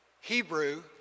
Hebrew